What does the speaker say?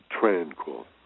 tranquil